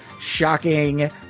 shocking